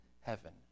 heaven